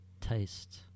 taste